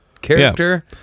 character